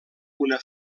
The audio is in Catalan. una